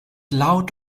laut